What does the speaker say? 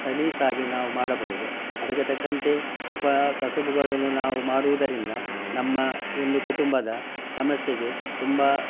ಸಲೀಸಾಗಿ ನಾವು ಮಾಡಬಹುದು ಅದಕ್ಕೆ ತಕ್ಕಂತೆ ಉಪಕಸಬುಗಳುನ್ನು ನಾವು ಮಾಡುವುದರಿಂದ ನಮ್ಮ ಒಂದು ಕುಟುಂಬದ ಸಮಸ್ಯೆಗೆ ತುಂಬ